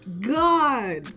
God